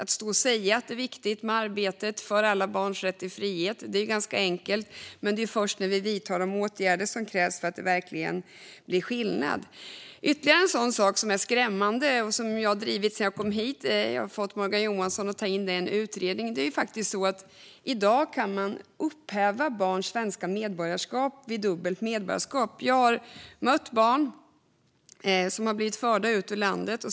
Att stå och säga att det är viktigt med arbetet för alla barns rätt till frihet är ganska enkelt. Men det är först när vi vidtar de åtgärder som krävs som det verkligen blir skillnad. Det finns ytterligare en skrämmande fråga som jag har drivit sedan jag kom in i riksdagen och som jag har fått Morgan Johansson att ta in i en utredning. I dag kan man upphäva barns svenska medborgarskap om de har dubbelt medborgarskap. Jag har mött barn som har blivit förda ut ur landet.